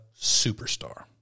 superstar